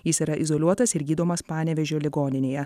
jis yra izoliuotas ir gydomas panevėžio ligoninėje